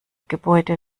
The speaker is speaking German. gebäude